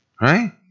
right